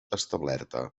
establerta